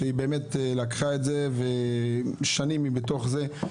שהיא באמת לקחה את זה ושנים היא בתוך זה.